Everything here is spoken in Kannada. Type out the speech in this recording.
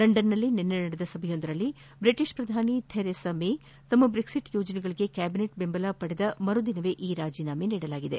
ಲಂಡನ್ನಲ್ಲಿ ನಿನ್ನೆ ನಡೆದ ಸಭೆಯೊಂದರಲ್ಲಿ ಬ್ರಿಟಿಷ್ ಪ್ರಧಾನಿ ತೆರೆಸಾ ಮೇ ತಮ್ನ ಬ್ರೆಕ್ಲಿಟ್ ಯೋಜನೆಗೆ ಕ್ಯಾಬಿನೆಟ್ ಬೆಂಬಲ ಪಡೆದ ಮರು ದಿನವೇ ಈ ರಾಜೀನಾಮೆ ನೀಡಲಾಗಿದೆ